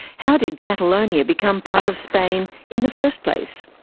how did catalonia become part of spain in the first place?